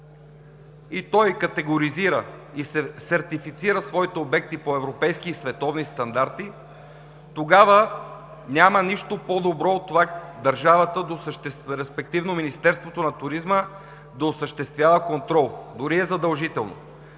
и той категоризира и сертифицира своите обекти по европейски и световни стандарти, тогава няма нищо по-добро от това държавата, респективно Министерството на туризма, да осъществява контрол, дори е задължително.